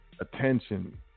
attention